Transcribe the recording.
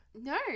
No